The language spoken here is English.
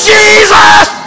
Jesus